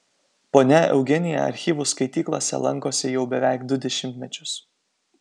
ponia eugenija archyvų skaityklose lankosi jau beveik du dešimtmečius